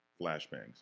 flashbangs